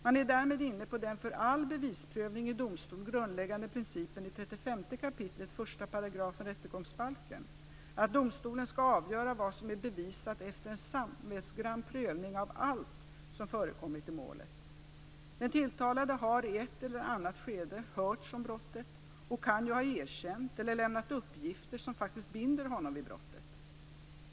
Man är därmed inne på den för all bevisprövning i domstol grundläggande principen i 35 kap. 1 § rättegångsbalken, att domstolen skall avgöra vad som är bevisat efter en samvetsgrann prövning av allt som förekommit i målet. Den tilltalade har i ett eller annat skede hörts om brottet och kan ju ha erkänt eller lämnat uppgifter som faktiskt binder honom vid brottet.